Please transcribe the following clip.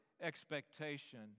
expectation